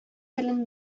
телен